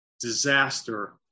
disaster